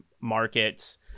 markets